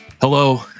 Hello